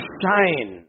shine